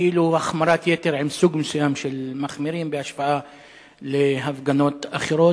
כאילו החמרת יתר עם סוג מסוים בהשוואה להפגנות אחרות.